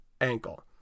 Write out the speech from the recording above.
ankle